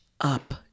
up